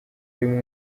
y’uyu